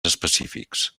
específics